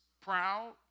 proud